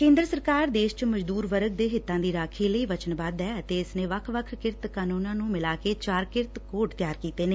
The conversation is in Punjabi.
ਕੇਂਦਰ ਸਰਕਾਰ ਦੇਸ਼ ਚ ਮਜਦੂਰ ਵਰਗ ਦੇ ਹਿੱਤਾਂ ਦੀ ਰਾਖੀ ਲਈ ਵਚਨਬੱਧ ਐ ਅਤੇ ਇਸ ਨੇ ਵੱਖ ਵੱਖ ਕਿਰਤ ਕਾਨੰਨਾਂ ਨੂੰ ਮਿਲ ਕੇ ਚਾਰ ਕਿਰਤ ਕੋਡ ਤਿਆਰ ਕੀਤੇ ਨੇ